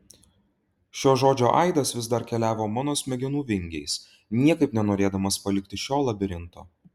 šio žodžio aidas vis dar keliavo mano smegenų vingiais niekaip nenorėdamas palikti šio labirinto